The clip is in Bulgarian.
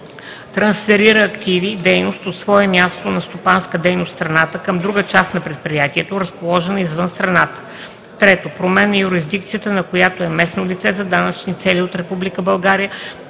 трансферира активи/дейност от свое място на стопанска дейност в страната към друга част на предприятието, разположена извън страната; 3. променя юрисдикцията, на която е местно лице за данъчни цели от